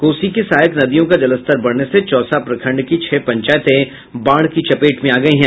कोसी की सहायक नदियों का जलस्तर बढ़ने से चौसा प्रखंड के छह पंचायते बाढ़ की चपेट में आ गयी है